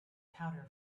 powder